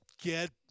get –